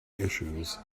issues